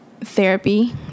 therapy